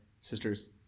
sisters